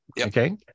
Okay